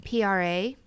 PRA